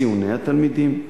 ציוני התלמידים,